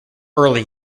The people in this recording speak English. early